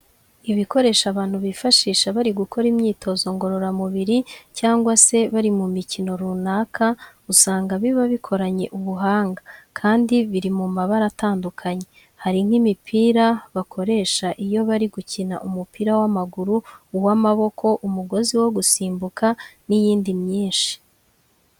Ibikoresho abantu bifashisha bari gukora imyitozo ngororamubiri cyangwa se bari mu mikino runaka, usanga biba bikoranye ubuhanga kandi biri mu mabara atandukanye. Hari nk'imipira bakoresha iyo bari gukina umupira w'amaguru, uw'amaboko, umugozi wo gusimbuka n'iyindi myinshi.